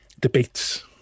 debates